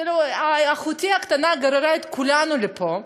כאילו אחותי הקטנה גררה את כולנו לפה.